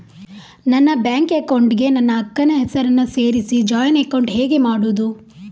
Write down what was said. ನನ್ನ bank account ಗೆ ನನ್ನ ಅಕ್ಕ ನ ಹೆಸರನ್ನ ಸೇರಿಸಿ ಜಾಯಿನ್ ಅಕೌಂಟ್ ಹೇಗೆ ಮಾಡುದು?